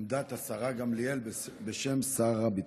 עמדת השרה גמליאל בשם שר הביטחון.